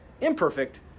imperfect